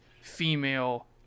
female